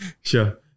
Sure